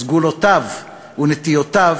סגולותיו ונטיותיו,